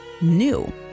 new